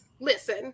Listen